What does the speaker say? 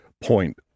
point